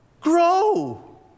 Grow